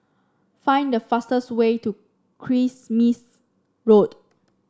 find the fastest way to Kismis Road